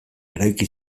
eraiki